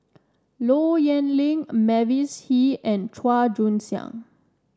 Low Yen Ling Mavis Hee and Chua Joon Siang